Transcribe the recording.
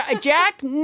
Jack